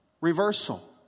reversal